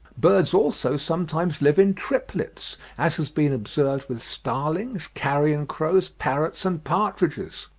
birds also sometimes live in triplets, as has been observed with starlings, carrion-crows, parrots, and partridges.